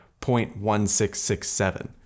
0.1667